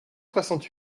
soixante